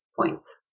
points